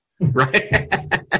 right